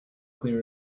clear